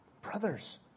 Brothers